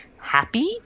happy